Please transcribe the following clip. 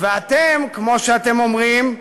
אתם, כמו שאתם אומרים,